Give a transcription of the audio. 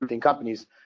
companies